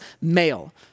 male